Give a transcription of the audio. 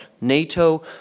NATO